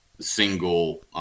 single